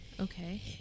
Okay